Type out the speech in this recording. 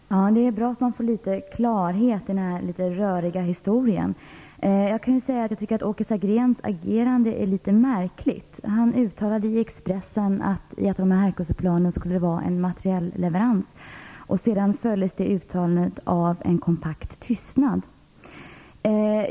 Herr talman! Det är bra att vi får litet klarhet i den här röriga historien. Jag tycker att Åke Sagréns agerande är litet märkligt. Han uttalade i Expressen att det skulle ske en matrielleverans i Herculesplanen. Sedan följdes det uttalandet av en kompakt tystnad.